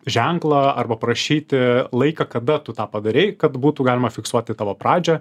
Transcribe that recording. ženklą arba prašyti laiką kada tu tą padarei kad būtų galima fiksuoti tavo pradžią